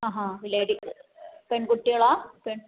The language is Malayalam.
ആ ഹ ലേഡീസ് പെൺകുട്ടികളാണോ പെൺ